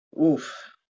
oof